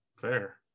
fair